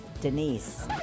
Denise